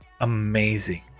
amazing